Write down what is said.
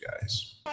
guys